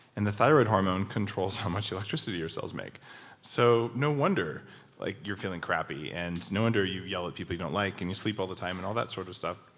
and the thyroid hormone controls how much electricity your cells make so no wonder like you're feeling crappy, and no wonder you yell at people you don't like, and you sleep all time, and all that sort of stuff.